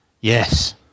Yes